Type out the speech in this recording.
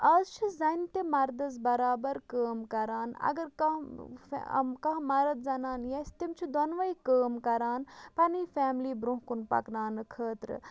آز چھِ زَنہِ تہِ مَردَس بَرابر کٲم کَران اگر کانٛہہ کانٛہہ مَرد زَنان یژھہِ تِم چھِ دۄنوَے کٲم کَران پَنٕنۍ فیملی برونٛہہ کُن پَکناونہٕ خٲطرٕ